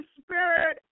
Spirit